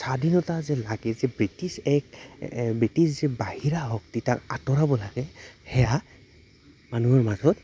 স্বাধীনতা যে লাগে যে ব্ৰিটিছ এক ব্ৰিটিছ যে বাহিৰা শক্তি তাক আঁতৰাব লাগে সেয়া মানুহৰ মাজত